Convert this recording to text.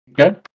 Okay